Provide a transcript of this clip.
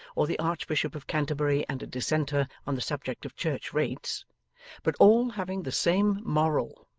or the archbishop of canterbury and a dissenter on the subject of church-rates, but all having the same moral,